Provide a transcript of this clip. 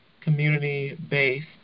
community-based